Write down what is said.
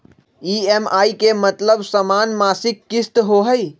EMI के मतलब समान मासिक किस्त होहई?